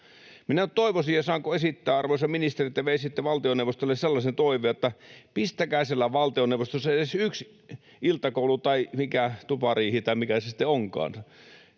Minä toivoisin — ja saanko esittää, arvoisa ministeri, että veisitte valtioneuvostolle sellaisen toiveen — että pistäkää siellä valtioneuvostossa pystyyn edes yksi iltakoulu tai tupariihi tai mikä se sitten onkaan,